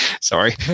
Sorry